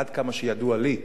עד כמה שידוע לי,